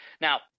now